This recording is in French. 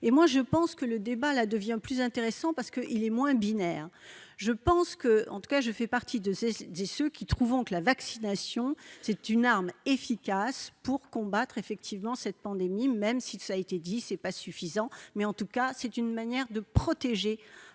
et moi je pense que le débat là devient plus intéressant parce qu'il est moins binaire, je pense que, en tout cas je fais partie de ceux des ceux qui, trouvant que la vaccination, c'est une arme efficace pour combattre effectivement cette pandémie, même si ça a été dit c'est pas suffisant, mais en tout cas c'est une manière de protéger